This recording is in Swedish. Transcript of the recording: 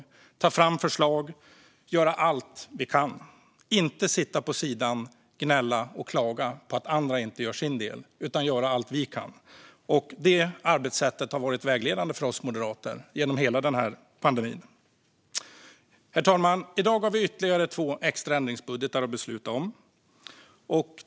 Vi skulle ta fram förslag och göra allt vi kan - inte sitta på sidan, gnälla och klaga på att andra inte gör sin del. Det arbetssättet har varit vägledande för oss moderater genom hela den här pandemin. Herr talman! I dag har vi ytterligare två extra ändringsbudgetar att besluta om.